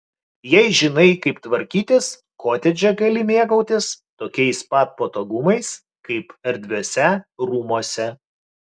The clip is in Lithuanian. jei žinai kaip tvarkytis kotedže gali mėgautis tokiais pat patogumais kaip erdviuose rūmuose